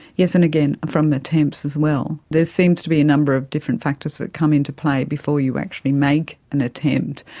and again, from attempts as well. there seems to be a number of different factors that come into play before you actually make an attempt,